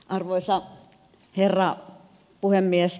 arvoisa herra puhemies